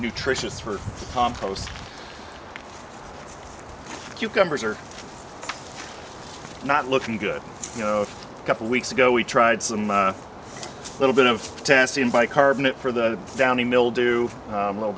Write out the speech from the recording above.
nutritious for compost cucumbers are not looking good you know a couple weeks ago we tried some a little bit of potassium bicarbonate for the downy mildew a little